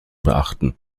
beachten